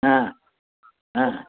হ্যাঁ হ্যাঁ